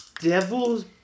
Devil's